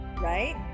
Right